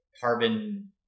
carbon